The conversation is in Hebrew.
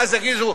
ואז יגידו: